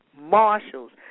marshals